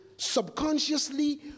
Subconsciously